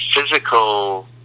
physical